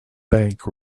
bank